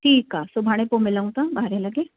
ठीकु आहे सुभाणे पोइ मिलूं था ॿारहें लॻे